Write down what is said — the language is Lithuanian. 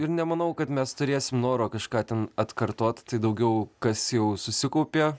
ir nemanau kad mes turėsim noro kažką ten atkartoti tai daugiau kas jau susikaupė